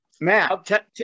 Matt